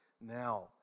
now